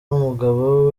umugabo